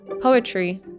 poetry